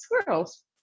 squirrels